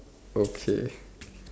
okay